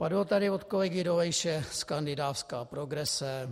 Padlo tady od kolegy Dolejše: skandinávská progrese.